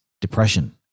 depression